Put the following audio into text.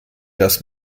dass